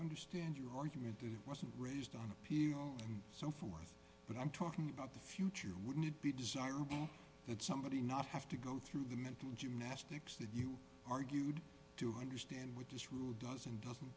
understand your argument that it wasn't raised on appeal and so forth but i'm talking about the future wouldn't it be desirable that somebody not have to go through the mental gymnastics that you argued to understand